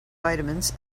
vitamins